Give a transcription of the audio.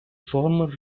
former